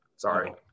Sorry